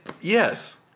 Yes